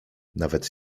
nawet